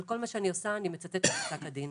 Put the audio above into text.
אבל כל מה שאני עושה זה לצטט מפסק הדין.